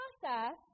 process